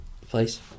place